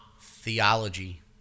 Theology